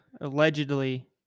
allegedly